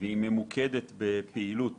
היחידה ממוקדת בפעילות